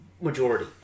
majority